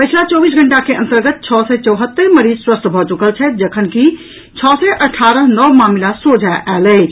पछिला चौबीस घंटा के अन्तर्गत छओ सय चौहत्तरि मरीज स्वस्थ भऽ चुकल छथि जखन कि छओ सय अठारह नव मामिला सोझा आयल अछि